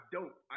Dope